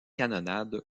canonnade